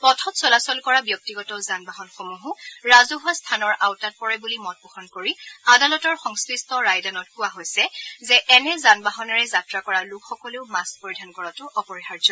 পথত চলাচল কৰা ব্যক্তিগত যান বাহনসমূহো ৰাজহুৱা স্থানৰ আওতাত পৰে বুলি মতপোষণ কৰি আদালতৰ সংশ্লিষ্ট ৰায়দানত কোৱা হৈছে যে এনে যান বাহনেৰে যাত্ৰা কৰা লোকসকলেও মাস্থ পৰিধান কৰাটো অপৰিহাৰ্য